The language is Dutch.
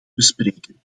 bespreken